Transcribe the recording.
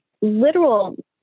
literal